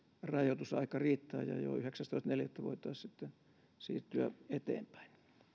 rajoitusaika riittää ja jo yhdeksästoista neljättä voitaisiin siirtyä eteenpäin